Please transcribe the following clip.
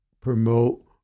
promote